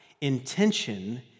Intention